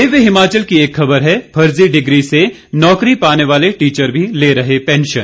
दिव्य हिमाचल की एक खबर है फर्जी डिग्री से नौकरी पाने वाले टीचर भी ले रहे पेंशन